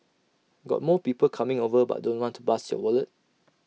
got more people coming over but don't want to bust your wallet